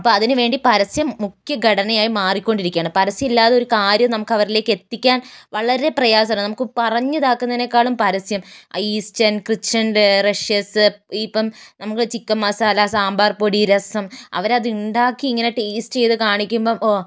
അപ്പോൾ അതിനുവേണ്ടി പരസ്യം മുഖ്യ ഘടനയായി മാറിക്കൊണ്ടിരിക്കുകയാണ് പരസ്യം ഇല്ലാതെ ഒരു കാര്യം നമുക്കവരിലേക്കെത്തിക്കാൻ വളരെ പ്രയാസമാണ് നമുക്ക് പറഞ്ഞിതാക്കുന്നേനേക്കാളും പരസ്യം അ ഈസ്റ്റേൺ കിച്ചൻറെ റഷ്യസ് ഇപ്പം നമുക്ക് ചിക്കൻ മസാല സാമ്പാർപൊടി രസം അവരത് ഉണ്ടാക്കി ഇങ്ങനെ ടെയിസ്റ്റ് ചെയ്ത് കാണിക്കുമ്പോൾ ഓ